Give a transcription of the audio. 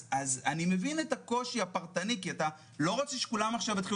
אני מבין את הקושי הפרטני כי אתה לא רוצה שכולם עכשיו יתחילו